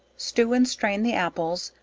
stew and strain the apples,